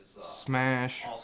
Smash